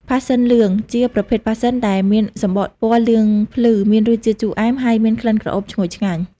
ផាសសិនលឿង ជាប្រភេទផាសសិនដែលមានសំបកពណ៌លឿងភ្លឺ មានរសជាតិជូរអែម ហើយមានក្លិនក្រអូបឈ្ងុយឆ្ងាញ់។